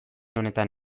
honetan